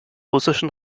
russischen